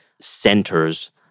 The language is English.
centers